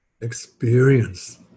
Experience